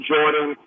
Jordan